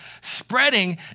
spreading